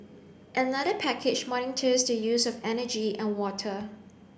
another package monitors the use of energy and water